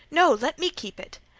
no, let me keep it!